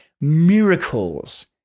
miracles